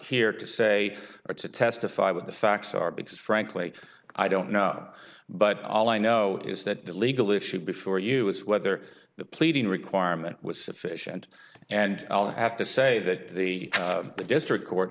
here to say or to testify what the facts are because frankly i don't know but all i know is that the legal issue before you is whether the pleading requirement was sufficient and i'll have to say that the district